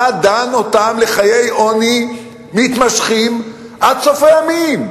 דן אותם לחיי עוני מתמשכים עד סוף הימים.